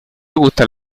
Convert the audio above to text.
gustan